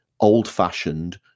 old-fashioned